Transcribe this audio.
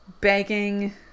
begging